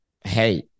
hey